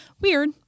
weird